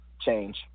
change